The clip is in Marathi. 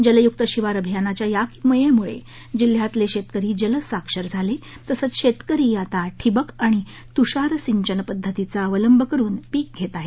जलयुक्त शिवार अभियानाच्या या किमयेमुळे जिल्हयातले शेतकरी जलसाक्षर झाले तसंच शेतकरी आता ठिबक आणि तुषार सिंचन पध्दतीचा अवलंब करुन पीक घेत आहेत